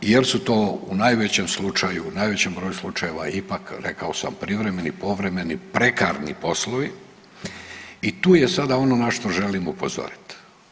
Jel su to u najvećem slučaju, u najvećem broju slučajeva ipak rekao sam privremeni, povremeni, prekarni poslovi i tu je sada ono na što želim upozoriti.